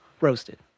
Roasted